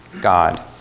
God